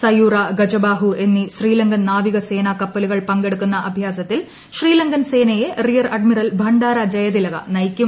സയൂര ഗജബാഹു എന്നീ ശ്രീലങ്കൻ നാവിക സേന കപ്പലുകൾ പങ്കെടുക്കുന്ന അഭ്യാസത്തിൽ ശ്രീലങ്കൻ സേനയെ റിയർ അഡ്മിറൽ ഭണ്ഡാര ജയിതിലക നയിക്കും